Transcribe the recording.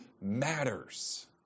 matters